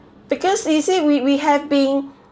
because he said we we have been